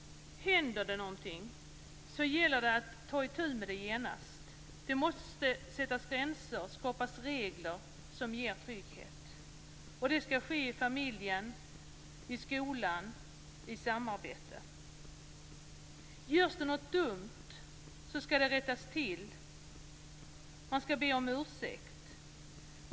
Händer det någonting gäller det att ta itu med det genast. Det måste sättas gränser och skapas regler som ger trygghet, och det skall ske med familjen och skolan i samarbete. Görs det något dumt skall det rättas till. Man skall be om ursäkt.